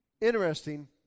Interesting